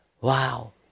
Wow